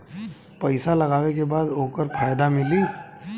पइसा लगावे के बाद ओकर फायदा मिली